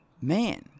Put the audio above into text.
man